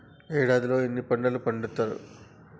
ఏడాదిలో ఎన్ని పంటలు పండిత్తరు?